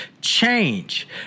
change